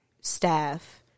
staff